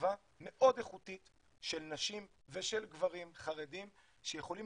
שכבה מאוד איכותית של נשים ושל גברים חרדים שיכולים